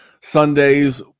Sundays